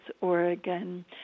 Oregon